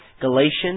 Galatians